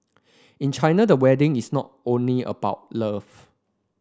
in China the wedding is not only about love